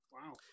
Wow